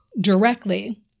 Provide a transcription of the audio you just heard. directly